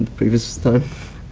previous time.